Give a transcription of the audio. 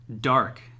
dark